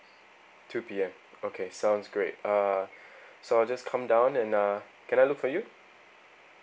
two P_M okay sounds great uh so I'll just come down and uh can I look for you